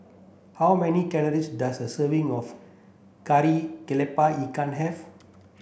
how many calories does a serving of Kari Kepala Ikan have